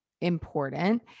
important